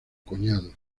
cuñado